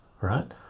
right